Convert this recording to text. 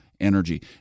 energy